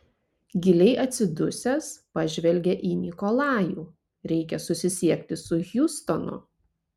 giliai atsidusęs pažvelgė į nikolajų reikia susisiekti su hjustonu